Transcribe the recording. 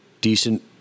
decent